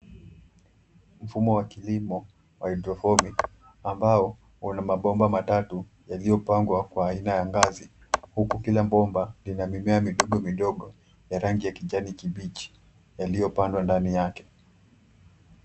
Mfumo wa kilimo wa hydrophobic ambao una mabomba matatu yaliyopangwa kwa aina ya ngazi, huku kila bomba lina mimea midogo midogo ya rangi ya kijani kibichi yaliyopandwa ndani yake.